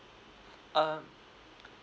um